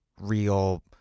real